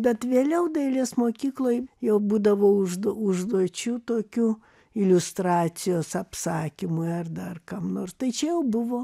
bet vėliau dailės mokykloj jau būdavo užduo užduočių tokių iliustracijos apsakymui ar dar kam nors tai čia jau buvo